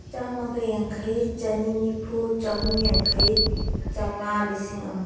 ꯆꯥꯝꯃꯒ ꯌꯥꯡꯈꯩ ꯆꯅꯤ ꯅꯤꯐꯨ ꯆꯍꯨꯝ ꯌꯥꯡꯈꯩ ꯆꯥꯝꯃꯉꯥ ꯂꯤꯁꯤꯡ ꯑꯃ